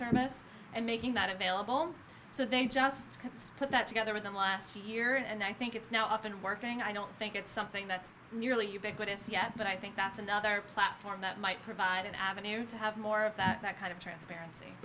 service and making that available so they just put that together with them last year and i think it's now up and working i don't think it's something that's nearly ubiquitous yet but i think that's another platform that might provide an avenue to have more of that kind of transparency